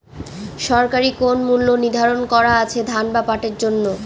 সরকারি কোন মূল্য নিধারন করা আছে ধান বা পাটের জন্য?